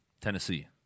Tennessee